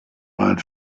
mein